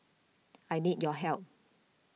I need your help